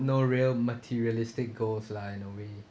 no real materialistic goals lah in a way